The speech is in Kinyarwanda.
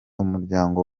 umuryango